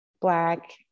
black